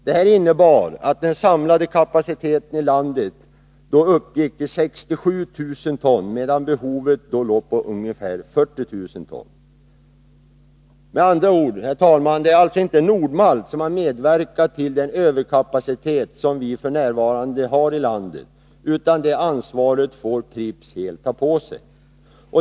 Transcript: Detta innebar att den samlade kapaciteten i landet uppgick till 67 000 ton, medan behovet låg på omkring 40 000 ton. Det är med andra ord, herr talman, alltså inte Nord-Malt som har medverkat till den överkapacitet som vi f. n. har i landet, utan det ansvaret får Pripps helt ta på sig.